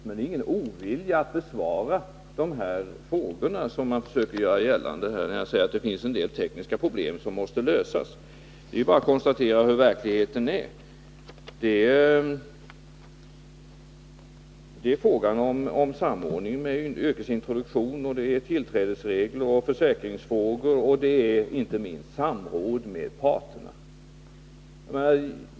Jag har ingen motvilja att besvara dessa frågor, utan det finns här en del tekniska problem som måste lösas. Det är bara att konstatera hur verkligheten är. Det är fråga om samordning med yrkesintroduktionen, det är inträdesregler, försäkringsfrågor och inte minst samråd med parterna.